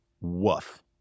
woof